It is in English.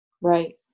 right